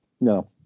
no